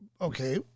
Okay